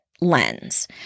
Lens